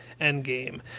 Endgame